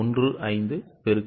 15 X 1